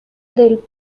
del